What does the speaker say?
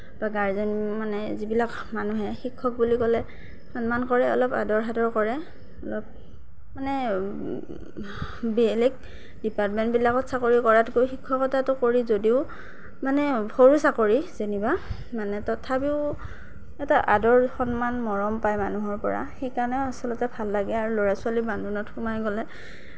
বা গাৰ্জেন মানে যিবিলাক মানুহে শিক্ষক বুলি ক'লে সন্মান কৰে অলপ আদৰ সাদৰ কৰে অলপ মানে বেলেগ ডিপাৰ্টমেণ্টবিলাকত চাকৰি কৰাতকৈ শিক্ষকতাটো কৰি যদিও মানে সৰু চাকৰি যেনিবা মানে তথাপিও এটা আদৰ সন্মান মৰম পায় মানুহৰ পৰা সেইকাৰণে আচলতে ভাল লাগে আৰু ল'ৰা ছোৱালীৰ বান্ধোনত সোমাই গ'লে